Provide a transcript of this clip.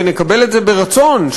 ונקבל את זה ברצון,